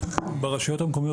ברשויות המקומיות,